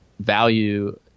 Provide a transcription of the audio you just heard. value